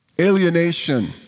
alienation